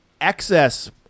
excess